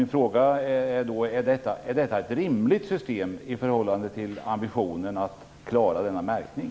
Min fråga är: Är detta ett rimligt system i förhållande till ambitionen att klara denna märkning?